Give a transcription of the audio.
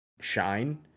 shine